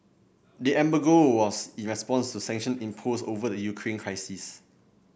the embargo was in response to sanction imposed over the Ukraine crisis